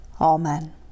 Amen